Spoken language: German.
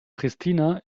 pristina